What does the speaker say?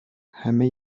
همه